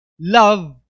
love